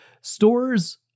stores